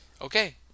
Okay